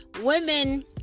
women